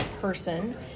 person